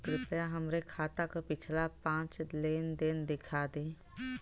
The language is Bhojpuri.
कृपया हमरे खाता क पिछला पांच लेन देन दिखा दी